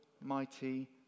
mighty